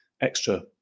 extra